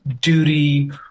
duty